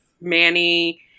Manny